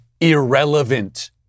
irrelevant